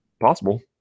possible